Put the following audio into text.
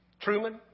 Truman